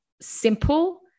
simple